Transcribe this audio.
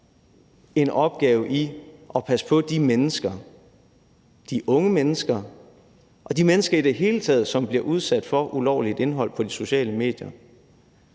en opgave i at passe på de mennesker, de unge mennesker og de mennesker i det hele taget, som bliver udsat for ulovligt indhold på de sociale medier,